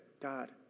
God